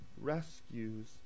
rescues